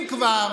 אם כבר,